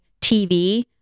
TV